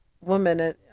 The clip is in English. woman